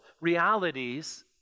realities